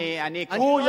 הוא,